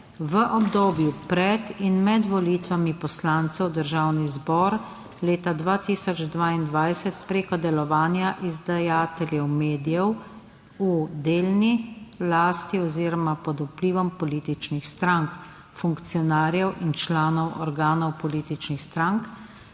v obdobju pred in med volitvami poslancev v Državni zbor leta 2022. Preko delovanja izdajateljev medijev v lasti oziroma delni lasti oziroma pod vplivom političnih strank, funkcionarjev in članov organov političnih strank